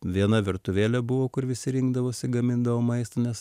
viena virtuvėlė buvo kur visi rinkdavosi gamindavo maistą nes